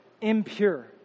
impure